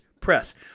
press